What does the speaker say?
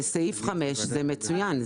בסעיף 5 זה מצוין.